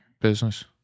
business